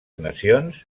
nacions